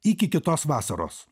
iki kitos vasaros